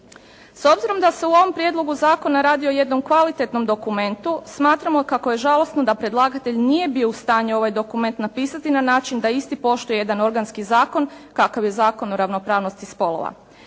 S obzirom da se u ovom prijedlogu zakona radi o jednom kvalitetnom dokumentu smatramo kako je žalosno da predlagatelj nije bio u stanju ovaj dokument napisati na način da isti poštuje jedan organski zakon kakav je Zakon o ravnopravnosti spolova.